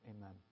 Amen